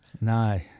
no